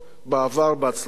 בעבר בהצלחה.